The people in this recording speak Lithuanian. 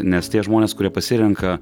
nes tie žmonės kurie pasirenka